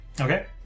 Okay